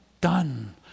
done